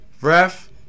Ref